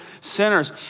sinners